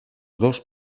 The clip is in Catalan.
dos